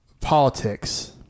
politics